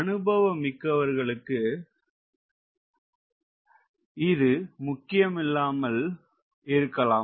அனுபவமிக்கவர்களுக்கு இது முக்கியமில்லாமல் இருக்கலாம்